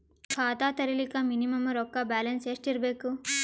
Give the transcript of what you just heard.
ಖಾತಾ ತೇರಿಲಿಕ ಮಿನಿಮಮ ರೊಕ್ಕ ಬ್ಯಾಲೆನ್ಸ್ ಎಷ್ಟ ಇರಬೇಕು?